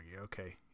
okay